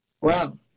Wow